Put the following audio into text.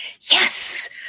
yes